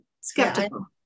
skeptical